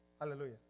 Hallelujah